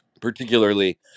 particularly